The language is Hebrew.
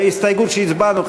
הסתייגות שהצבענו,